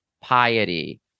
piety